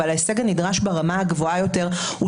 אבל ההישג הנדרש ברמה הגבוהה יותר הוא